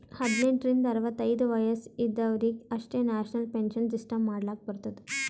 ಹದ್ನೆಂಟ್ ರಿಂದ ಅರವತ್ತೈದು ವಯಸ್ಸ ಇದವರಿಗ್ ಅಷ್ಟೇ ನ್ಯಾಷನಲ್ ಪೆನ್ಶನ್ ಸಿಸ್ಟಮ್ ಮಾಡ್ಲಾಕ್ ಬರ್ತುದ